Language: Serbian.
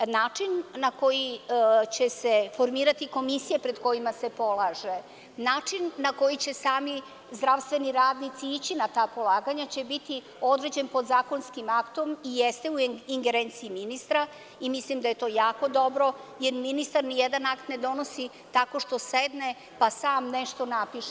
Način na koji će se formirati komisije pred kojima se polaže, način na koji će sami zdravstveni radnici ići na ta polaganja će biti određen podzakonskim aktom i jeste u ingerenciji ministra i mislim da je to jako dobro, jer ministar nijedan akt ne donosi tako što sedne pa sam nešto napiše.